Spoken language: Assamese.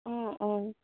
অঁ অঁ